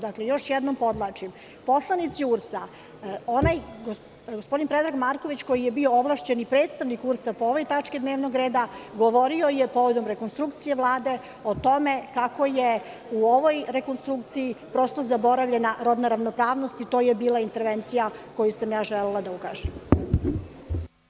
Dakle, još jednom podvlačim, gospodin Predrag Marković koji je bio ovlašćeni predstavnik URS po ovoj tački dnevnog reda govorio je povodom rekonstrukcije Vlade, o tome kako je u ovoj rekonstrukciji, prosto, zaboravljena rodna ravnopravnost i to je bila intervencija koju sam želela da ukažem.